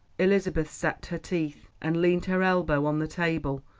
elizabeth set her teeth, and leaned her elbow on the table,